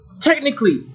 technically